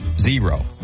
Zero